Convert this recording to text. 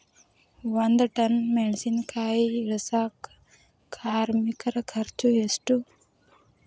ಒಂದ್ ಟನ್ ಮೆಣಿಸಿನಕಾಯಿ ಇಳಸಾಕ್ ಕಾರ್ಮಿಕರ ಖರ್ಚು ಎಷ್ಟು?